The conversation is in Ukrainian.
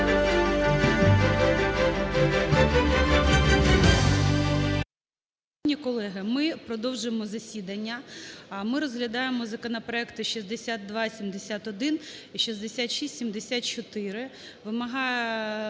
Шановні колеги, ми продовжуємо засідання. Ми розглядаємо законопроекти 6271 і 6674. Вимагає